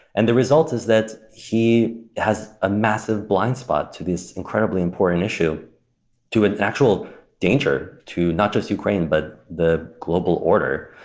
and the result is that he has a massive blindspot to this incredibly important issue to an actual danger to, not just ukraine, but the global order.